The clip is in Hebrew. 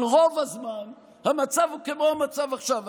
אבל רוב הזמן המצב הוא כמו המצב עכשיו.